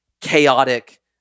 Chaotic